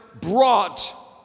brought